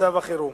למצב החירום.